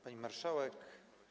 Pani Marszałek!